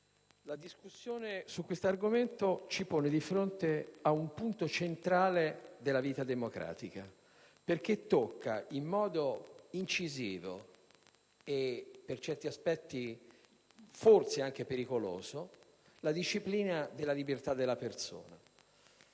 la discussione su questo argomento ci pone di fronte ad un punto centrale della vita democratica, perché tocca in modo incisivo e per certi aspetti, forse, anche pericoloso la disciplina della libertà della persona.